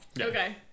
Okay